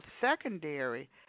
secondary